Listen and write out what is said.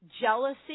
Jealousy